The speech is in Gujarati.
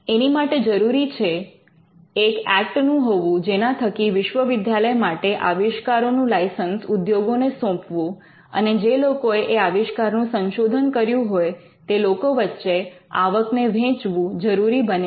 એની માટે જરૂરી છે એક ઍક્ટ નું હોવું જેના થકી વિશ્વવિદ્યાલય માટે આવિષ્કારો નું લાઇસન્સ ઉદ્યોગોને સોંપવું અને જે લોકોએ એ આવિષ્કારનું સંશોધન કર્યું હોય તે લોકો વચ્ચે આવકને વહેંચવુ જરૂરી બને છે